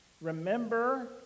Remember